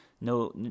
no